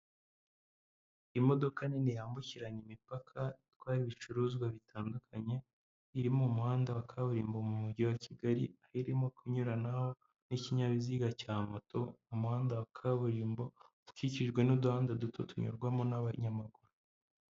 Imodoka nini yambukiranya imipaka itwara ibicuruzwa bitandukanye iri mu muhanda wa kaburimbo mu mujyi wa Kigali aho irimo kunyuranaho n'ikinyabiziga cya moto, umuhanda wa kaburimbo ukikijwe n'uduhanda duto tunyurwamo n'abanyamaguru.